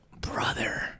brother